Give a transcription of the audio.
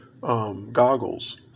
goggles